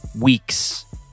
weeks